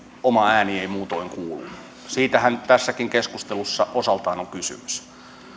oma ääni ei siitähän tässäkin keskustelussa osaltaan on kysymys